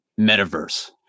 metaverse